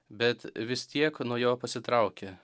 bet vis tiek nuo jo pasitraukė